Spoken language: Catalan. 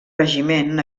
regiment